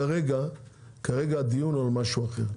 כרגע הדיון הוא על משהו אחר,